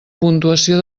puntuació